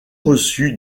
reçut